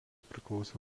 priklausė